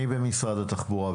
עם מי במשרד התחבורה?